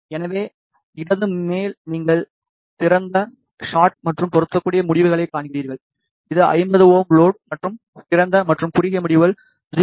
எனவே இடது மேல் நீங்கள் திறந்த ஷாட் மற்றும் பொருந்தக்கூடிய முடிவுகளைக் காண்கிறீர்கள் இது 50 Ω லோட் மற்றும் திறந்த மற்றும் குறுகிய முடிவுகள் 0 டி